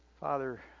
Father